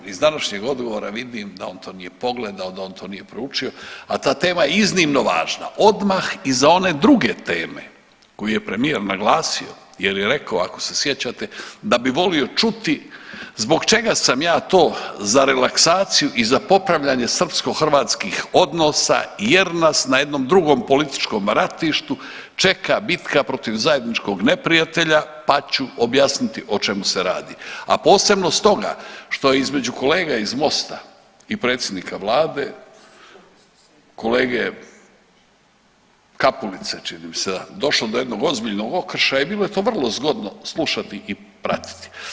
Iz današnjeg odgovora vidim da on to nije pogledao, da on to nije proučio a ta tema je iznimno važna odmah iza one druge teme koju je premijer naglasio jer je rekao ako se sjećate da bi volio čuti zbog čega sam ja to za relaksaciju i za popravljanje srpsko-hrvatskih odnosa jer nas na jednom drugom političkom ratištu čeka bitka protiv zajedničkog neprijatelja pa ću objasniti o čemu se radi, a posebno stoga što između kolega iz Mosta i predsjednika Vlade kolege Kapulice je došlo do jednog ozbiljnog okršaja i bilo je to vrlo zgodno slušati i pratiti.